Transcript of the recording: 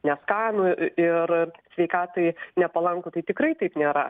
neskanų ir sveikatai nepalankų tai tikrai taip nėra